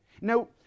Now